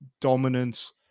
dominance